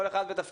כל אחד בתפקידו,